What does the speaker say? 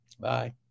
Bye